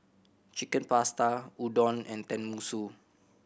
Chicken Pasta Udon and Tenmusu